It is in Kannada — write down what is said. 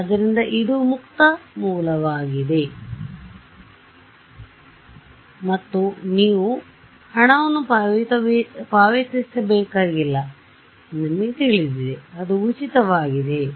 ಆದ್ದರಿಂದ ಇದು ಮುಕ್ತ ಮೂಲವಾಗಿದೆ ಮತ್ತು ನೀವು ಹಣವನ್ನು ಪಾವತಿಸಬೇಕಾಗಿಲ್ಲ ಎಂದು ನಿಮಗೆ ತಿಳಿದಿದೆ ಅದು ಉಚಿತವಾಗಿದೆ ಸರಿ